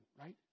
right